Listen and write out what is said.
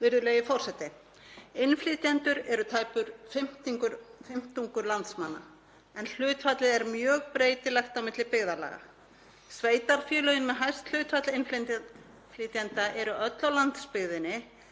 Virðulegi forseti. Innflytjendur eru tæpur fimmtungur landsmanna en hlutfallið er mjög breytilegt á milli byggðarlaga. Sveitarfélögin með hæst hlutfall innflytjenda eru öll á landsbyggðinni